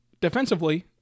defensively